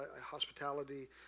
hospitality